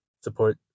support